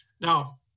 Now